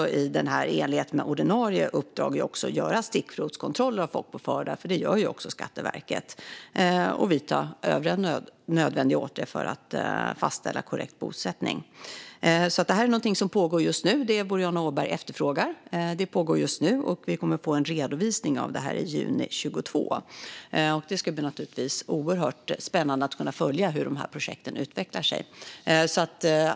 I enlighet med ordinarie uppdrag ska Skatteverket också göra stickprovskontroller av folkbokförda och vidta övriga nödvändiga åtgärder för att fastställa korrekt bosättning. Det som Boriana Åberg efterfrågar är alltså någonting som pågår just nu. Vi kommer att få en redovisning av det här i juni 2022. Det ska naturligtvis bli oerhört spännande att följa hur de här projekten utvecklar sig.